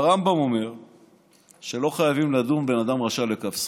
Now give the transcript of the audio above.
הרמב"ם אומר שלא חייבים לדון בן אדם רשע לכף זכות,